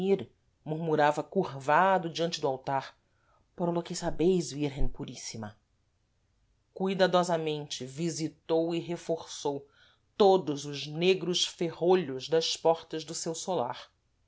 altar por lo que sabeis virgem purissima cuidadosamente visitou e reforçou todos os negros ferrolhos das portas do seu solar